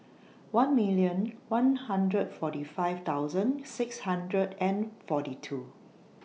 one million one hundred forty five thousand six hundred and forty two